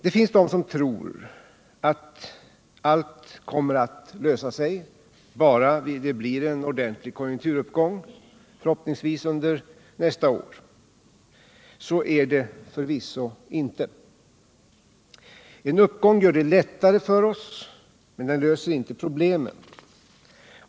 Det finns de som tror att allt kommer att lösa sig bara det blir en ordentlig konjunkturuppgång, förhoppningsvis under nästa år. Så är det förvisso inte. En uppgång gör det lättare för oss men löser inte problemen.